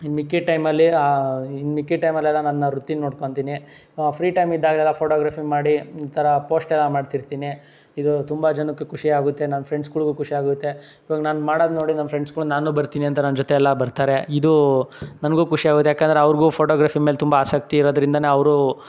ಇನ್ನು ಮಿಕ್ಕಿದ ಟೈಮಲ್ಲಿ ಇನ್ನು ಮಿಕ್ಕಿದ ಟೈಮಲ್ಲೆಲ್ಲ ನನ್ನ ವೃತ್ತೀನ ನೋಡ್ಕೊಳ್ತೀನಿ ಫ್ರೀ ಟೈಮ್ ಇದ್ದಾಗಲೆಲ್ಲ ಫೋಟೋಗ್ರಫಿ ಮಾಡಿ ಈ ಥರ ಪೋಸ್ಟ್ ಎಲ್ಲ ಮಾಡ್ತಿರ್ತೀನಿ ಇದು ತುಂಬ ಜನಕ್ಕೆ ಖುಷಿ ಆಗುತ್ತೆ ನನ್ನ ಫ್ರೆಂಡ್ಸ್ಗಳಿಗೂ ಖುಷಿ ಆಗುತ್ತೆ ಇವಾಗ ನಾನು ಮಾಡೋದ್ನ ನೋಡಿ ನನ್ನ ಫ್ರೆಂಡ್ಸ್ಗಳು ನಾನೂ ಬರ್ತೀನಿ ಅಂತ ನನ್ನ ಜೊತೆ ಎಲ್ಲ ಬರ್ತಾರೆ ಇದು ನನಗೂ ಖುಷಿ ಆಗುತ್ತೆ ಯಾಕಂದರೆ ಅವ್ರಿಗೂ ಫೋಟೋಗ್ರಫಿ ಮೇಲೆ ತುಂಬ ಆಸಕ್ತಿ ಇರೋದರಿಂದನೇ ಅವರೂ